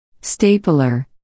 Stapler